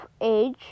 age